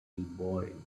elbowing